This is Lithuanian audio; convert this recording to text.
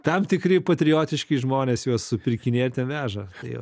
tam tikri patriotiški žmonės juos supirkinėt ten veža tai va